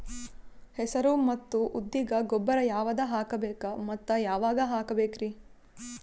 ಹೆಸರು ಮತ್ತು ಉದ್ದಿಗ ಗೊಬ್ಬರ ಯಾವದ ಹಾಕಬೇಕ ಮತ್ತ ಯಾವಾಗ ಹಾಕಬೇಕರಿ?